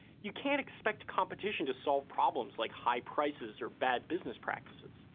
you can't expect competition to solve problems, like high prices or bad business practices.